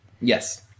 Yes